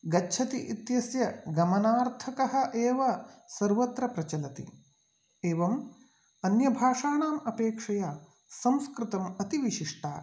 गच्छति इत्यस्य गमनार्थकः एव सर्वत्र प्रचलति एवम् अन्यभाषाणाम् अपेक्षया संस्कृतम् अति विशिष्टा